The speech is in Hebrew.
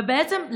ובעצם,